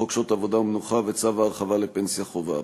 חוק שעות עבודה ומנוחה וצו ההרחבה לפנסיה חובה.